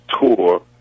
tour